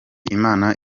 imana